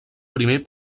primer